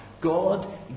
God